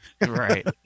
right